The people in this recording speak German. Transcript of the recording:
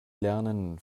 lernen